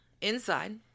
inside